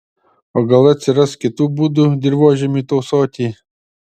o gal atsiras kitų būdų dirvožemiui tausoti